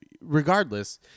Regardless